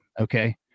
Okay